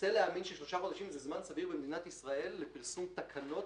רוצה להאמין ששלושה חודשים זה זמן סביר במדינת ישראל לפרסום תקנות